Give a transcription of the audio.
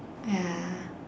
ya